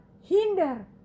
hinder